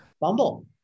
bumble